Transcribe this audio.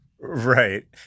Right